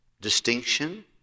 distinction